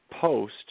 post